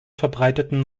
verbreiteten